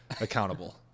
accountable